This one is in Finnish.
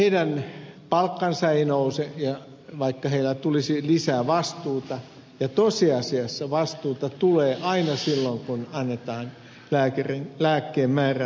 nyt heidän palkkansa ei nouse vaikka heille tulisi lisää vastuuta ja tosiasiassa vastuuta tulee aina silloin kun annetaan lääkkeenmääräämisoikeus